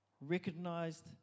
recognized